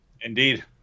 Indeed